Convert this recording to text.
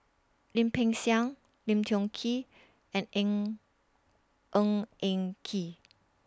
Lim Peng Siang Lim Tiong Ghee and Eng Ng Eng Kee